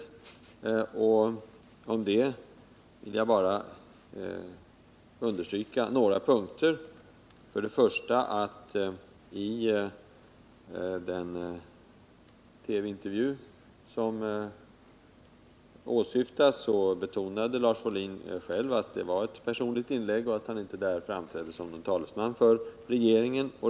Med anledning av det vill jag bara understryka att i den TV-intervju som åsyftas betonade Lars Wohlin själv att det var ett personligt inlägg han gjorde och att han inte framträdde som talesman för regeringen.